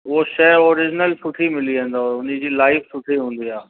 उहो शइ ऑरिजनल सुठी मिली वेंदव उन जी लाइफ सुठी हूंदी आहे